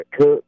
cook